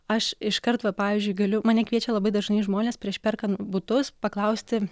aš iškart va pavyzdžiui galiu mane kviečia labai dažnai žmonės prieš perkant butus paklausti